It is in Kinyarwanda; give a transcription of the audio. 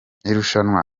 irushanwa